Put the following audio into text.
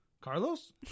Carlos